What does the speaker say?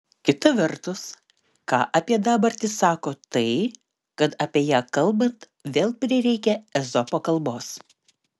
kita vertus ką apie dabartį sako tai kad apie ją kalbant vėl prireikia ezopo kalbos